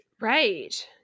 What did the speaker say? Right